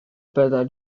byddai